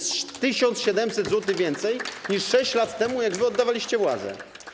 To o 1700 zł więcej niż 6 lat temu, jak oddawaliście władzę.